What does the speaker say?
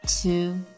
two